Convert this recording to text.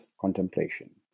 contemplation